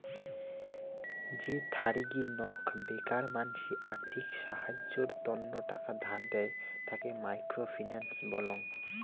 যে থারিগী নক বেকার মানসি আর্থিক সাহায্যের তন্ন টাকা ধার দেয়, তাকে মাইক্রো ফিন্যান্স বলং